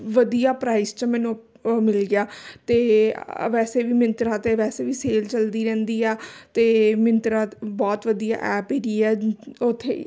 ਵਧੀਆ ਪ੍ਰਾਈਜ਼ 'ਚ ਮੈਨੂੰ ਮਿਲ ਗਿਆ ਅਤੇ ਅ ਵੈਸੇ ਵੀ ਮਿੰਤਰਾ 'ਤੇ ਵੈਸੇ ਵੀ ਸੇਲ ਚਲਦੀ ਰਹਿੰਦੀ ਆ ਅਤੇ ਮਿੰਤਰਾ ਬਹੁਤ ਵਧੀਆ ਐਪ ਹੈਗੀ ਹੈ ਉੱਥੇ